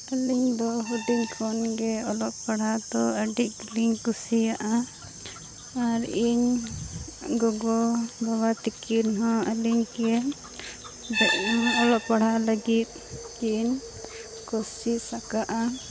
ᱟᱹᱞᱤᱧᱫᱚ ᱦᱩᱰᱤᱧ ᱠᱷᱚᱱᱜᱮ ᱚᱞᱚᱜ ᱯᱟᱲᱦᱟᱣᱫᱚ ᱟᱹᱰᱤᱜᱮᱞᱤᱧ ᱠᱩᱥᱤᱭᱟᱜᱼᱟ ᱟᱨ ᱤᱧ ᱜᱚᱜᱚᱼᱵᱟᱵᱟ ᱛᱟᱹᱠᱤᱱᱦᱚᱸ ᱟᱹᱞᱤᱧᱠᱤᱱ ᱚᱞᱚᱜ ᱯᱟᱲᱦᱟᱣ ᱞᱟᱹᱜᱤᱫ ᱠᱤᱱ ᱠᱳᱥᱤᱥᱟᱠᱟᱜᱼᱟ